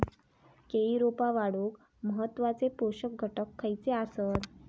केळी रोपा वाढूक महत्वाचे पोषक घटक खयचे आसत?